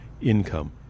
income